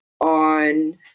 on